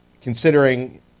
considering